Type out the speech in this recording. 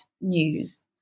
news